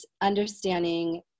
understanding